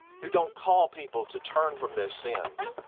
who don't call people to turn from their sins.